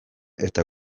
eta